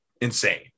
insane